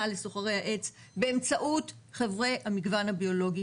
לסוחרי העץ באמצעות חברי המגוון הביולוגי.